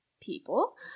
people